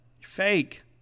Fake